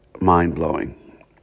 mind-blowing